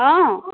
অঁ